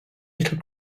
little